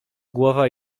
głowa